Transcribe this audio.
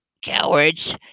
Cowards